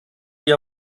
ihr